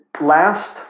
last